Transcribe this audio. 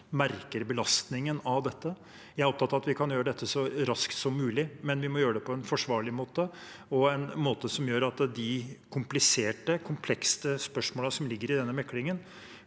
merker belastningen av dette. Jeg er opptatt av at vi kan gjøre dette så raskt som mulig, men vi må gjøre det på en forsvarlig måte, en måte som gjør at de kompliserte, komplekse spørsmålene som ligger i denne meklingen,